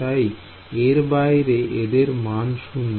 তাই এর বাইরে এদের মান 0